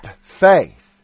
faith